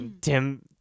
Tim